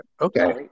okay